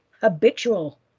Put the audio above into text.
habitual